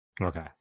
Okay